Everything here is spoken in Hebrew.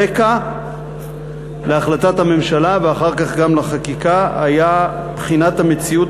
הרקע להחלטת הממשלה ואחר כך גם לחקיקה היה בחינת המציאות